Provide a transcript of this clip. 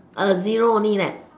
a zero only leh